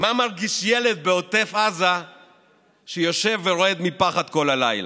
מה מרגיש ילד בעוטף עזה שיושב ורועד מפחד כל הלילה.